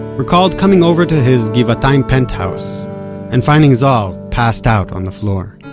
recalled coming over to his givatayim penthouse and finding zohar passed out on the floor